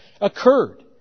occurred